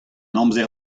amzer